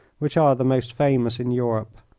which are the most famous in europe.